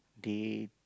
they